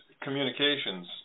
communications